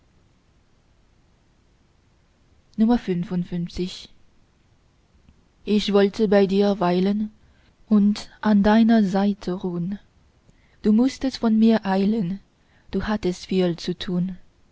ich wollte bei dir weilen und an deiner seite ruhn du mußtest von mir eilen du hattest viel zu tun